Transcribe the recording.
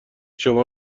شما